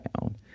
down